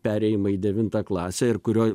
perėjimą į devintą klasę ir kurioj